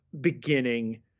beginning